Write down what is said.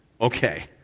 Okay